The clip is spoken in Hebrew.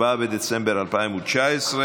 לוועדת הכספים,